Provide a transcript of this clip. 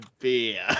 beer